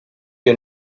que